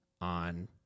on